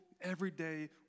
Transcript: Everyday